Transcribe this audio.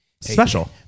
special